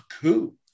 coup